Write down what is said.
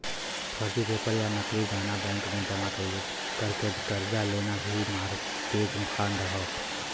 फर्जी पेपर या नकली गहना बैंक में जमा करके कर्जा लेना भी मारगेज फ्राड हौ